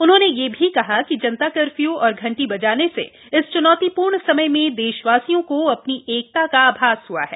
उन्होंने यह भी कहा कि जनता कर्फ्यू और घंटी बजाने से इस च्नौतिपूर्ण समय में देशवासियों को अपनी एकता का आभास हुआ है